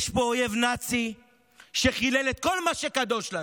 יש פה אויב נאצי שחילל את כל מה שקדוש לנו,